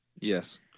yes